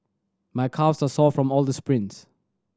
my calves are sore from all the sprints